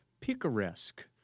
picaresque